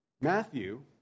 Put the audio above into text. Matthew